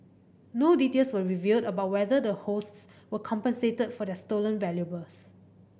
no details were revealed about whether the hosts were compensated for their stolen valuables